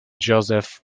joseph